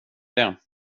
det